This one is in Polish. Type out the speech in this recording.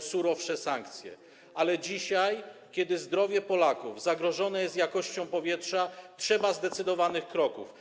surowsze sankcje, ale dzisiaj, kiedy zdrowie Polaków zagrożone jest jakością powietrza, trzeba zdecydowanych kroków.